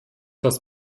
das